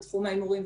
הימורים,